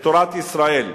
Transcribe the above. את תורת ישראל,